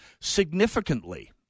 significantly